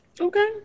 Okay